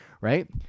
Right